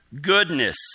goodness